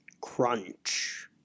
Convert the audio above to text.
crunch